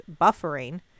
buffering